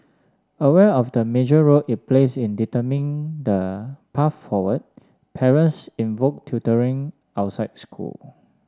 aware of the major role it plays in determining the path forward parents invoke tutoring outside school